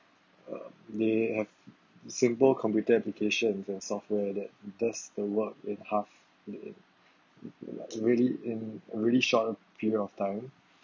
uh they have simple computer applications and software that does the work in half to really in really short period of time